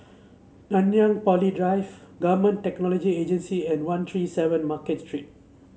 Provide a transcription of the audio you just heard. Nanyang Poly Drive Government Technology Agency and One Three Seven Market Street